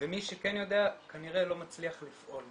ומי שכן יודע כנראה לא מצליח לפעול נכון.